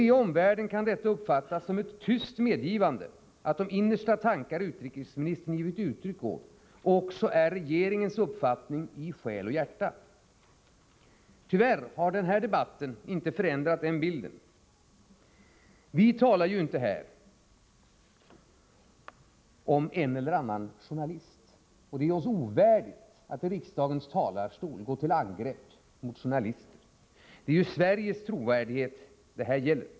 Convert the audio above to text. I omvärlden kan detta uppfattas som ett tyst medgivande att de innersta tankar som utrikesministern har givit uttryck åt också är regeringens uppfattning i själ och hjärta. Tyvärr har den här debatten inte förändrat den bilden. Vi talar ju inte här om en eller annan journalist. Det är oss ovärdigt att i kammarens talarstol gå till angrepp mot journalister. Det är ju Sveriges trovärdighet det här gäller.